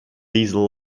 diesel